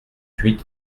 huit